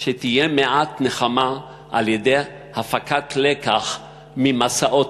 שתהיה מעט נחמה על-ידי הפקת לקח ממסעות